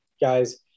guys